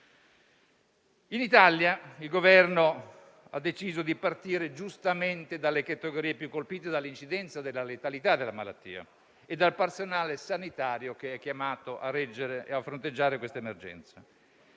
In Italia il Governo ha deciso di partire giustamente dalle categorie più colpite dall'incidenza della letalità della malattia, e dal personale sanitario che è chiamato a reggere e a fronteggiare questa emergenza.